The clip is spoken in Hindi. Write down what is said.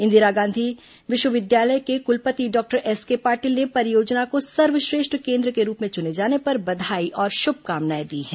इंदिरा गांधी विश्वविद्यालय के कुलपति डॉक्टर एसके पाटिल ने परियोजना को सर्वश्रेष्ठ केन्द्र के रूप में चुने जाने पर बधाई और शुभकामनाएं दी हैं